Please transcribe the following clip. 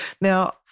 Now